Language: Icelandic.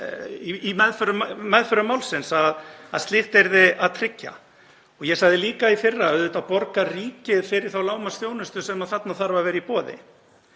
í meðförum málsins að slíkt yrði að tryggja. Ég sagði líka í fyrra: Auðvitað borgar ríkið fyrir þá lágmarksþjónustu sem þarna þarf að vera í boði.